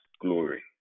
glory